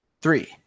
Three